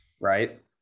Right